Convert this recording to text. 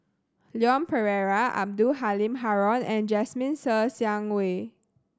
Leon Perera Abdul Halim Haron and Jasmine Ser Xiang Wei